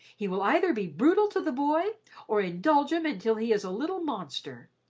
he will either be brutal to the boy or indulge him until he is a little monster.